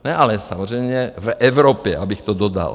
Ne, ale samozřejmě v Evropě, abych to dodal.